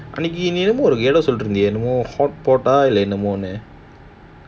அந்நெகி நீ எதோ ஒரு இடம் சொல்லிட்டு இருந்தியே என்னமோ:anneki nee etho oru edam sollittu irunthiye ennamo hotpot ah என்ன அது:enna athu